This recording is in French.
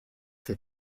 fait